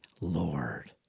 Lord